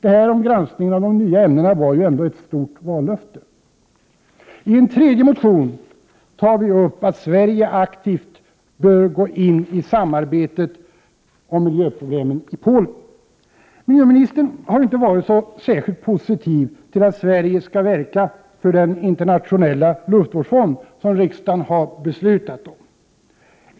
En granskning av de nya ämnena var ändå ett vallöfte. I en tredje motion säger vi att Sverige aktivt bör gå in i samarbete om miljöproblemen i Polen. Miljöministern har inte varit särskilt positiv till att Sverige skall verka för den internationella luftvårdsfond som riksdagen beslutat om.